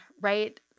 right